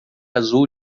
azul